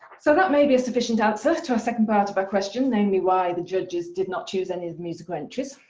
so that may be a sufficient answer to our second part of my question, namely why the judges did not choose any of the musical entries,